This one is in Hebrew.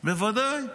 בוודאי,